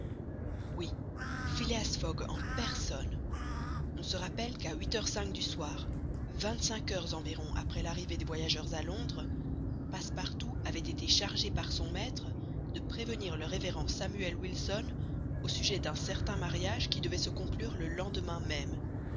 oui phileas fogg en personne on se rappelle qu'à huit heures cinq du soir vingt-cinq heures environ après l'arrivée des voyageurs à londres passepartout avait été chargé par son maître de prévenir le révérend samuel wilson au sujet d'un certain mariage qui devait se conclure le lendemain même